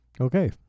Okay